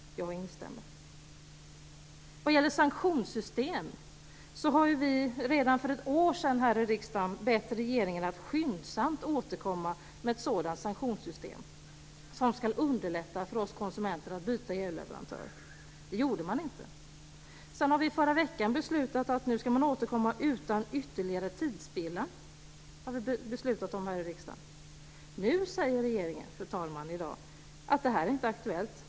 Jag instämmer. Vad gäller sanktionssystem har vi redan för ett år sedan här i riksdagen bett regeringen att skyndsamt återkomma med ett sådant som skulle underlätta för oss konsumenter att byta elleverantör. Det gjorde man inte. I förra veckan beslutade vi att regeringen skulle återkomma utan ytterligare tidsspillan. I dag säger regeringen, fru talman, att detta inte är aktuellt.